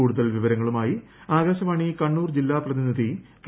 കൂടുതൽ വിവരങ്ങളുമായി ആകാശവാണി കണ്ണൂർ ജില്ലാ പ്രതിനിധി കെ